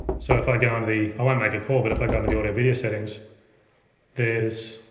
so if i go into the, i won't make a call but if i go into the audio video settings there's,